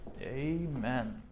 Amen